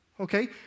Okay